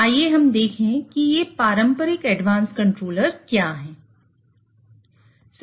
आइए हम देखें कि ये पारंपरिक एडवांस कंट्रोलर क्या हैं